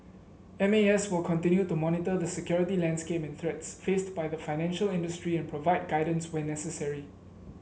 M A S will continue to monitor the security landscape and threats faced by the financial industry and provide guidance where necessary